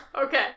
Okay